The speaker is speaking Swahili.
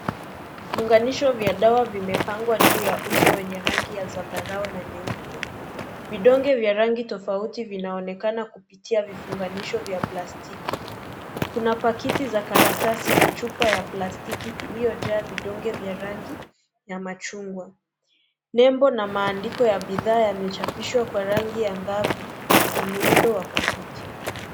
Vifunganisho vya dawa, vimepangwa juu ya uso wenye rangi ya zambarau na nyeupe. Vidonge vya rangi tofauti vinaonekana kupitia kwa vifunganisho vya plastiki. Kuna pakiti za karatasi, na chupa ya plastiki, iliyojaa vidonge vya rangi ya machungwa. Nembo na maandiko ya bidhaa yamechapishwa kwa rangi ya ngavu na muhundo wa kuvutia.